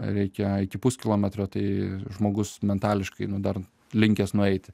reikia eiti puskilometrio tai žmogus metališkai nu dar linkęs nueiti